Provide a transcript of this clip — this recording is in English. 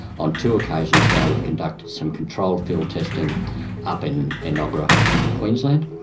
on two occasions now we've conducted some controlled field testing up in in enoggera in queensland,